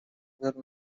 were